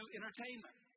entertainment